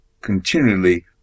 continually